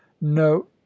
no